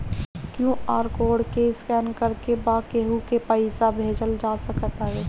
QR code के scan करके बा केहू के पईसा भेजल जा सकत हवे